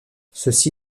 ceci